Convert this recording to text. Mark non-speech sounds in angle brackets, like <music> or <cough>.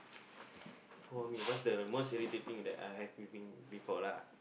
<noise> <breath> for me what's the most irritating that I have been been before lah